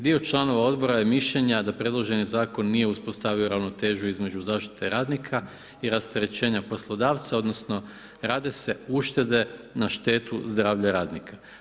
Dio članova Odbora je mišljenja da predloženi zakon nije uspostavio ravnotežu između zaštite radnika i rasterećenja poslodavca odnosno rade se uštede na štetu zdravlja radnika.